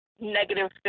Negative